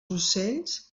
ocells